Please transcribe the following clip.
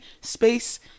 space